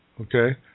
okay